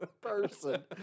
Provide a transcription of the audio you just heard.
Person